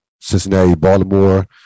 Cincinnati-Baltimore